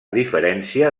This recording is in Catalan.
diferència